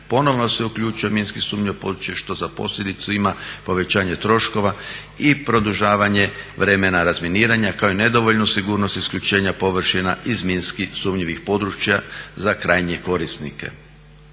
ponovno se uključuje u minsko sumnjivo područje što za posljedicu ima povećanje troškova i produžavanje vremena razminiranja kao i nedovoljnu sigurnost isključena površina iz minski sumnjivih područja za krajnje korisnike.